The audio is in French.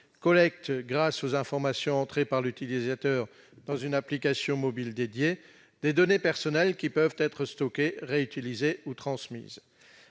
collectent, grâce aux informations entrées par l'utilisateur dans une application mobile dédiée, des données personnelles qui peuvent être stockées, réutilisées ou transmises.